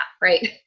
right